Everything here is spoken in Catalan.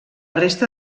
resta